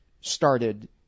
started